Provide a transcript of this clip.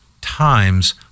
times